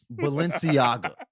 Balenciaga